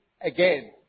again